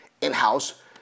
in-house